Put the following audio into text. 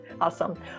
Awesome